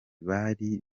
bari